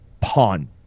pawn